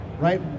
right